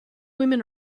women